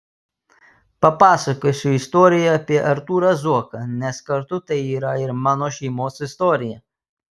papasakosiu istoriją apie artūrą zuoką nes kartu tai yra ir mano šeimos istorija